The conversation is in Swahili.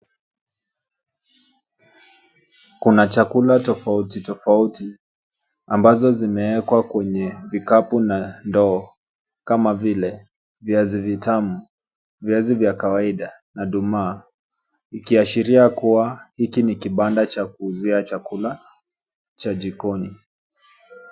Kuna chakula tofauti tofauti ambazo zimewekwa kwenye vikapu na ndoo kama vile viazi vitamu, viazi vya kawaida na nduma, ikiashiria kuwa hiki ni kibanda cha kuuzia chakula cha jikoni.